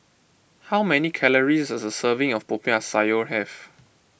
how many calories does a serving of Popiah Sayur have